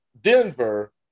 Denver